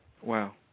Wow